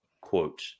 quote